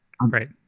right